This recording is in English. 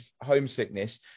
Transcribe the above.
homesickness